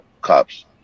cops